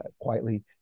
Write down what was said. quietly